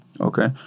Okay